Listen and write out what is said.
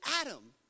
Adam